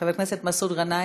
חבר הכנסת מסעוד גנאים,